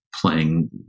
playing